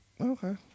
Okay